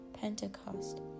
Pentecost